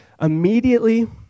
Immediately